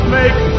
make